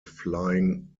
flying